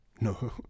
No